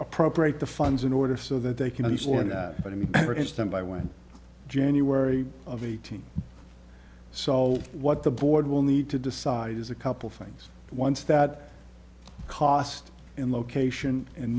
appropriate the funds in order so that they can use or not but i mean for instance by one january of eighteen so what the board will need to decide is a couple things once that cost in location and